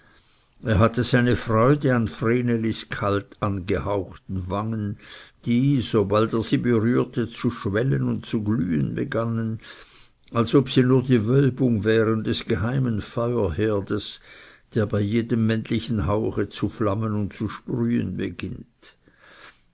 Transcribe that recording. er hatte seine freude an vrenelis kalt angehauchten wangen die sobald er sie berührte zu schwellen und zu glühen begannen als ob sie nur die wölbung wären des geheimen feuerherdes der bei jedem männlichen hauche zu flammen und zu sprühen beginnt